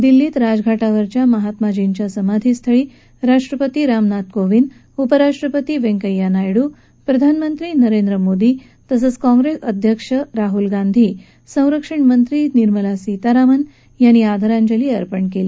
दिल्लीत राजघाटावरच्या महात्माजींच्या समाधीस्थळी राष्ट्रपती रामनाथ कोविंद उपराष्ट्रपती व्यंकय्या नायडू प्रधानमंत्री नरेंद्र मोदी तसंच काँग्रेस अध्यक्ष राहुल गांधी संरक्षणमंत्री निर्मला सीतारामन यांनी आदरांजली अर्पण केली